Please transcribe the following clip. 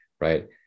right